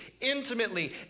intimately